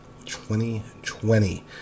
2020